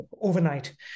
overnight